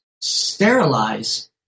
sterilize